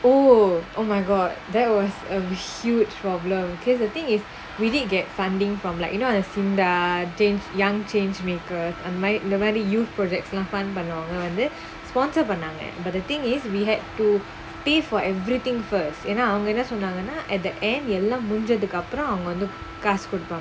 oh oh my god that was a huge problem case the thing if we did get funding from like you know singa change young change maker அந்த மாதிரி:antha maathiri youth project lah fund பண்றவங்க வந்து:pandravangga vanthu sponsor பண்ணாங்க:pannaangga but the thing is we had to pay for everything first ஏன்னா அவங்க என்ன சொன்னாங்கனா:enna avanga enna sonnnaangenaa at the end எல்லாம் முடிஞ்சதுக்கு அப்புறம் அவங்க வந்து:ellaam mudinjathukku appuram avangga vanthu